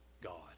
God